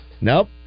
Nope